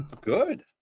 Good